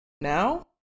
Now